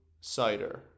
Cider